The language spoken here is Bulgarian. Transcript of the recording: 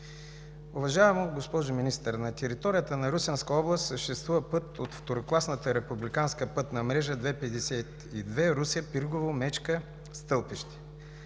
Уважаема госпожо Министър, на територията на Русенска област съществува път от второкласната републиканска пътна мрежа II-52, Русе – Пиргово – Мечка – Стълпище.